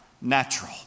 natural